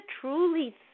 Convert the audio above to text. truly